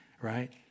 right